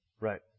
Right